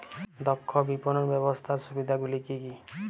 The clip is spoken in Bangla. দক্ষ বিপণন ব্যবস্থার সুবিধাগুলি কি কি?